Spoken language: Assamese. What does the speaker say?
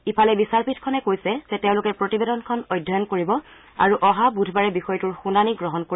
ইফালে বিচাৰপীঠখনে কৈছে যে তেওঁলোকে প্ৰতিবেদনখন অধ্যয়ন কৰিব আৰু অহা বুধবাৰে বিষয়টোৰ শুনানি গ্ৰহণ কৰিব